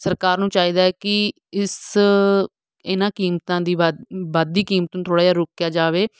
ਸਰਕਾਰ ਨੂੰ ਚਾਹੀਦਾ ਹੈ ਕਿ ਇਸ ਇਹਨਾਂ ਕੀਮਤਾਂ ਦੀ ਵੱ ਵੱਧਦੀ ਕੀਮਤ ਨੂੰ ਥੋੜ੍ਹਾ ਜਿਹਾ ਰੋਕਿਆ ਜਾਵੇ